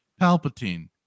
Palpatine